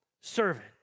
servant